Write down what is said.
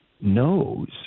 knows